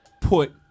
put